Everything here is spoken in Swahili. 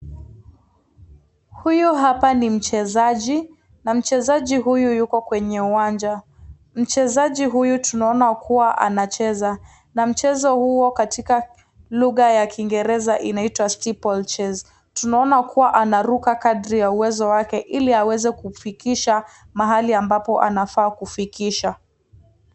Huyu hapa ni mchezaji, na mchezaji huyu yuko kwenye uwanja, mchezaji huyu tunaona kuwa anacheza na mchezo huo katika lugha ya kingereza inaitwa steplechase , tunaona kuwa anaruka kadri ya uwezo wake ili aweze kufikisha mahali ambapo anafaa kufikisha.